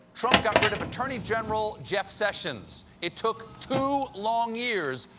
trump got rid of attorney general jeff sessions. it took two long years,